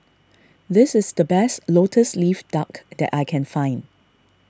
this is the best Lotus Leaf Duck that I can find